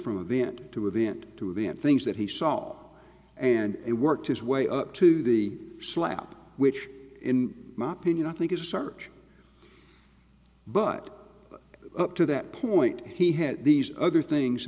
from a vent to a vent to the end things that he saw and it worked his way up to the slap which in my opinion i think is a search but up to that point he had these other things